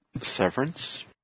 Severance